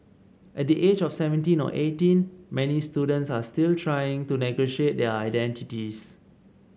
at the age of seventeen or eighteen many students are still trying to negotiate their identities